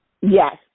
Yes